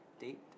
date